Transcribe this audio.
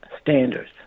standards